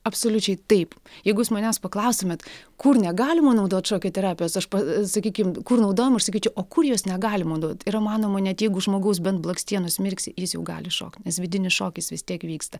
absoliučiai taip jeigu jūs manęs paklaustumėt kur negalima naudot šokio terapijos aš pas sakykim kur naudojama aš sakyčiau o kur jos negalima naudot yra manoma net jeigu žmogaus bent blakstienos mirksi jis jau gali šokt nes vidinis šokis vis tiek vyksta